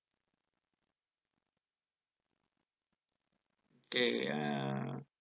okay ah